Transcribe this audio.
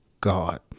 God